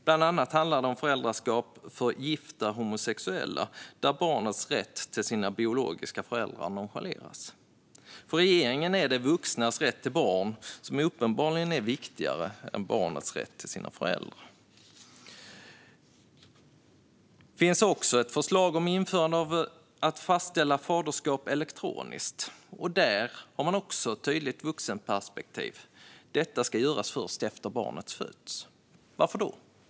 Bland annat handlar det om föräldraskap för gifta homosexuella, där barnets rätt till sina biologiska föräldrar nonchaleras. För regeringen är det de vuxnas rätt till barnet som uppenbarligen är viktigare än barnets rätt till sina föräldrar. Det finns också ett förslag om införande av fastställande av faderskap elektroniskt, och där har man också ett tydligt vuxenperspektiv. Detta ska göras först efter att barnet har fötts. Varför då?